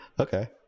Okay